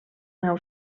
nau